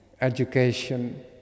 education